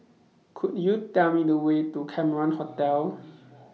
Could YOU Tell Me The Way to Cameron Hotel